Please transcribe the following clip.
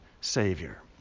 Savior